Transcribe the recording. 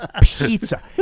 pizza